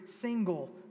single